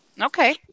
Okay